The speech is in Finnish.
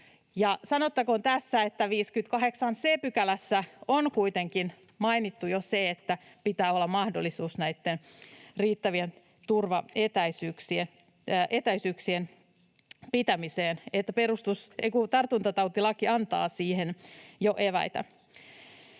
sanottakoon tässä, että 58 c §:ssä on kuitenkin mainittu jo se, että pitää olla mahdollisuus näitten riittävien turvaetäisyyksien pitämiseen, eli tartuntatautilaki antaa siihen jo eväitä.